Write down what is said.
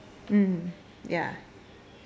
mm ya